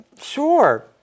sure